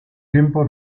tiempo